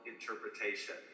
interpretation